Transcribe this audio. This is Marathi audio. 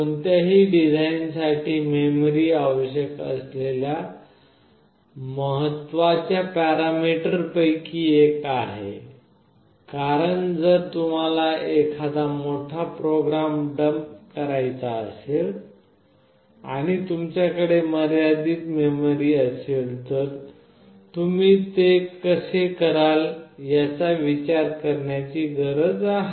कोणत्याही डिझाइनसाठी मेमरी आवश्यक असलेल्या महत्वाच्या पॅरामीटरपैकी एक आहे कारण जर तुम्हाला एखादा मोठा प्रोग्राम डंप करायचा असेल आणि तुमच्याकडे मर्यादित मेमरी असेल तर तुम्ही ते कसे कराल याचा विचार करण्याची गरज आहे